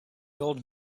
old